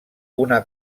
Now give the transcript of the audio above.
una